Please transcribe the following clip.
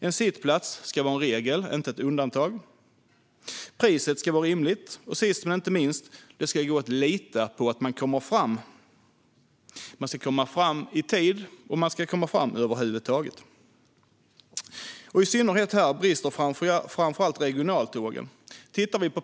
En sittplats ska vara regel och inte undantag, priset ska vara rimligt och sist men inte minst ska det gå att lita på att man kommer fram och i tid. I synnerhet här brister framför allt regionaltågen.